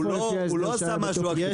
הוא לא עשה משהו אקטיבי.